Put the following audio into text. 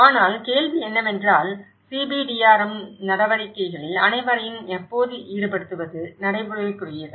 ஆனால் கேள்வி என்னவென்றால் CBDRM நடவடிக்கைகளில் அனைவரையும் எப்போதும் ஈடுபடுத்துவது நடைமுறைக்குரியதா